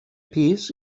pis